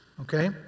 Okay